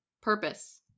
Purpose